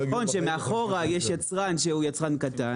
נכון שמאחור יש יצרן קטן,